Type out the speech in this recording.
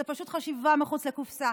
זה פשוט חשיבה מחוץ לקופסה.